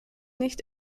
nicht